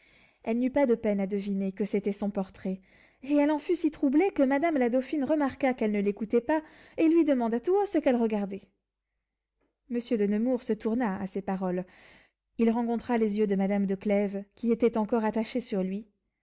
elle n'eut pas de peine à deviner que c'était son portrait et elle en fut si troublée que madame la dauphine remarqua qu'elle ne l'écoutait pas et lui demanda tout haut ce qu'elle regardait monsieur de nemours se tourna à ces paroles il rencontra les yeux de madame de clèves qui étaient encore attachés sur lui